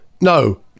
No